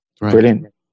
brilliant